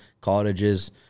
cottages